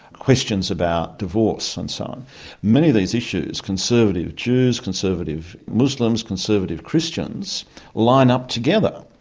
questions about divorce and so on many of these issues conservative jews, conservative muslims, conservative christians line up together,